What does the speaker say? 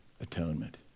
atonement